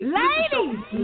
ladies